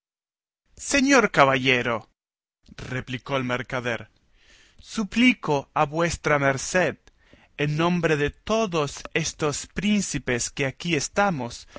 señor caballero replicó el mercader suplico a vuestra merced en nombre de todos estos príncipes que aquí estamos